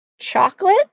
chocolate